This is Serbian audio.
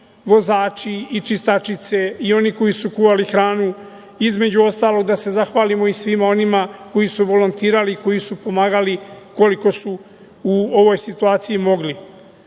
vozači i čistačice i oni koji su kuvali hranu. Između ostalog da se zahvalimo i svima onima koji su volontirali, koji su pomagali koliko su u ovoj situaciji mogli. Imamo